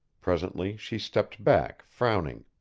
presently she stepped back, frowning.